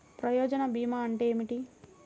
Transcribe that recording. ప్రయోజన భీమా అంటే ఏమిటి?